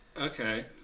Okay